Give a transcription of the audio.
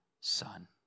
son